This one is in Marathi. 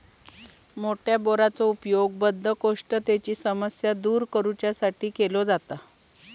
मोठ्या बोराचो उपयोग बद्धकोष्ठतेची समस्या दूर करू साठी केलो जाता